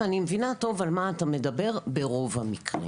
ואני מבינה טוב על מה אתה מדבר ברוב המקרים.